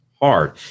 hard